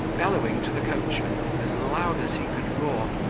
bellowing to the coachman, as loud as he could roar,